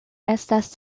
estas